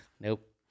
Nope